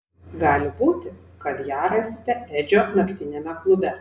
gali būti kad ją rasite edžio naktiniame klube